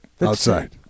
outside